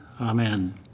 Amen